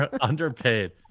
underpaid